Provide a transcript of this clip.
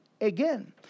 again